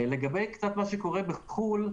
לגבי מה שקורה בחו"ל,